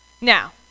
Now